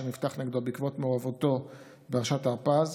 שנפתח נגדו בעקבות מעורבותו בפרשת הרפז.